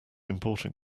important